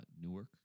Newark